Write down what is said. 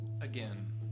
Again